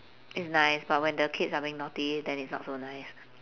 it's nice but when the kids are being naughty then it's not so nice